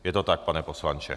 Je to tak, pan poslanče?